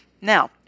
Now